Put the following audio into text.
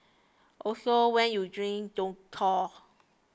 also when you drink don't call